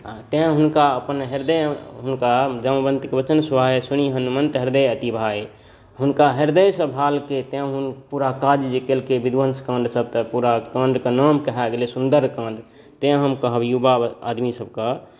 आ तेँ हुनका अपन हृदयमे हुनका जामवन्तकेँ वचन सुहाए सुनि हनुमन्त हृदय अति भाये हुनका हृदय से भालकै तेँ हुनका पूरा काज जे केलकै विध्वन्स काण्डसभ तऽ पूरा काण्डके नाम कहा गेलै सुन्दर काण्ड तेँ हम कहब युवा आदमी सभकेँ